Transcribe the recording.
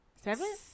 Seven